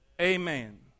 Amen